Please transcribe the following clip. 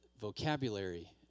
vocabulary